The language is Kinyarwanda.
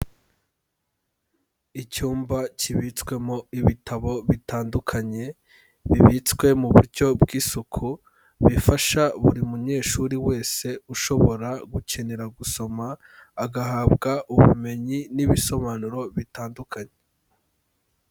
Icyumba kibitswemo ibitabo bitandukanye, bibitswe mu buryo bw'isuku bifasha buri munyeshuri wese ushobora gukenera gusoma, agahabwa ubumenyi n'ibisobanuro bitandukanye.